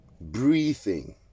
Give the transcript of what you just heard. breathing